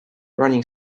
running